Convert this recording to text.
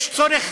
יש צורך